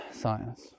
science